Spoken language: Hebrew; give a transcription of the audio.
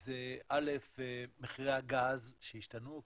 זה דבר ראשון מחירי הגז, שהשתנו,